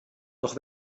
doch